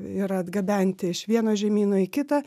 yra atgabenti iš vieno žemyno į kitą